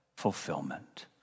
Fulfillment